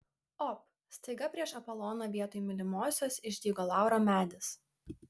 op staiga prieš apoloną vietoj mylimosios išdygo lauro medis